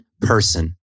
person